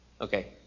okay